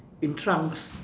in trunks